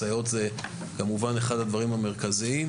סייעות זה אחד הנושאים המרכזיים,